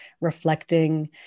reflecting